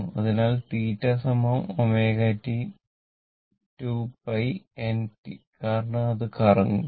അതിനാൽ θ ω t 2 π n t കാരണം അത് കറങ്ങുന്നുണ്ട്